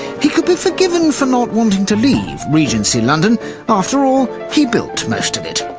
he could be forgiven for not wanting to leave regency london after all, he built most of it,